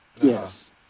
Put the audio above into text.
Yes